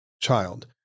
child